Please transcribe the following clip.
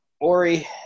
Ori